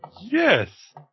Yes